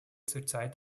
zurzeit